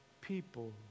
people